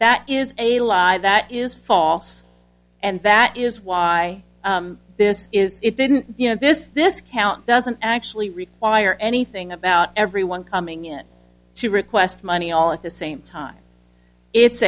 that is a lie that is false and that is why this is it didn't you know this this count doesn't actually require anything about everyone coming in to request money all at the same time it's